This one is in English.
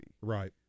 right